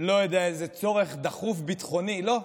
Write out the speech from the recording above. איזה צורך דחוף ביטחוני, לא,